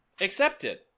Accepted